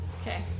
Okay